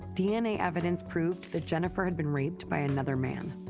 dna evidence proved that jennifer had been raped by another man.